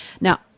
Now